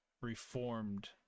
reformed